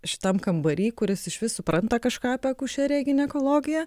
šitam kambary kuris išvis supranta kažką apie akušeriją ginekologiją